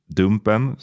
dumpen